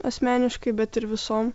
asmeniškai bet ir visom